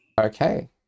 Okay